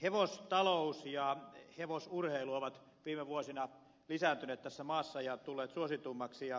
hevostalous ja hevosurheilu ovat viime vuosina lisääntyneet tässä maassa ja tulleet suositummiksi